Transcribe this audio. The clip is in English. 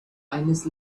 ines